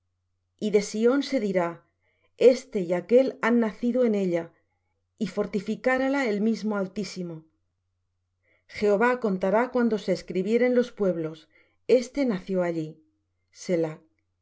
y de sión se dirá este y aquél han nacido en ella y fortificarála el mismo altísimo jehová contará cuando se escribieren los pueblos este nació allí